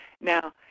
Now